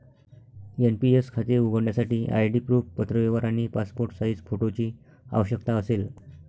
NPS खाते उघडण्यासाठी ID proof, पत्रव्यवहार आणि पासपोर्ट साइज फोटोची आवश्यकता असेल